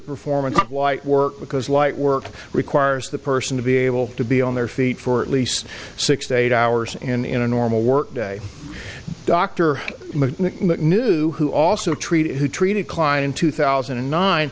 performance quite work because light work requires the person to be able to be on their feet for at least six to eight hours in a normal workday dr macneill knew who also treated who treated klein in two thousand and nine